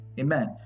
amen